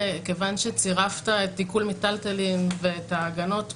כיוון שצירפת את תיקון מיטלטלין ואת ההגנות פה,